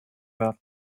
that